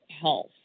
health